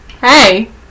Hey